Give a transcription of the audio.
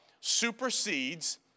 supersedes